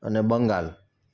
અને બંગાળ